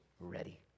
Ready